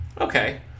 okay